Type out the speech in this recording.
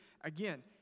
again